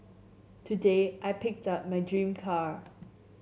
today I picked up my dream car